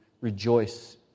rejoice